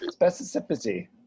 specificity